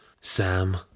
Sam